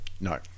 No